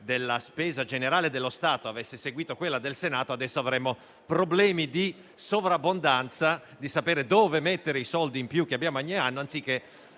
della spesa generale dello Stato avesse seguito quella del Senato, adesso avremmo problemi di sovrabbondanza e di sapere dove allocare i soldi in più che abbiamo risparmiato, anziché